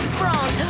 wrong